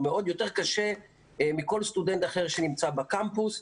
יותר קשה מכל סטודנט אחר הנמצא בקמפוס.